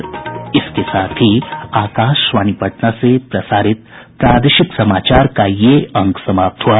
इसके साथ ही आकाशवाणी पटना से प्रसारित प्रादेशिक समाचार का ये अंक समाप्त हुआ